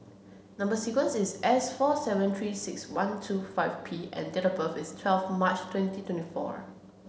number sequence is S four seven three six one two five P and date of birth is twelve March twenty twenty four